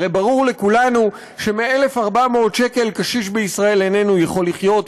הרי ברור לכולנו שמ-1,400 שקל קשיש בישראל איננו יכול לחיות,